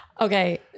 Okay